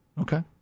Okay